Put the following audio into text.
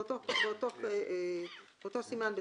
באותו סימן,